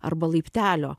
arba laiptelio